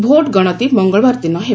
vote ଗଣତି ମଙ୍ଗଳବାର ଦିନ ହେବ